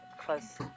close